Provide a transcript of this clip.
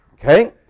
Okay